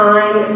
Time